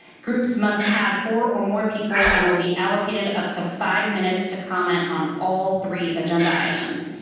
groups must have four or more people and will be allocated up to five minutes to comment on all three agenda items.